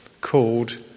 called